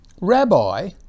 Rabbi